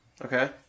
Okay